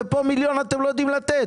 ופה מיליון אתם לא יודעים לתת